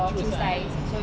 true size